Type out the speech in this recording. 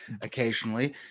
occasionally